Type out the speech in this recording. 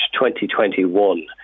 2021